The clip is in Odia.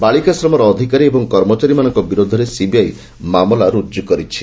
ବାଳିକାଶ୍ରମର ଅଧିକାରୀ ଓ କର୍ମଚାରୀମାନଙ୍କ ବିରୋଧରେ ସିବିଆଇ ମାମଲା ରୁଜ୍ଜ କରିଛି